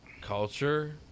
culture